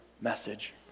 message